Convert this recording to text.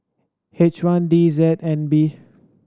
H one D Z N B